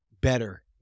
better